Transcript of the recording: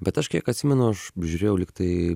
bet aš kiek atsimenu aš žiūrėjau lygtai